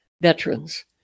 veterans